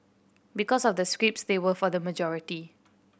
because of the scripts they were for the majority